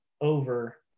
over